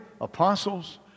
apostles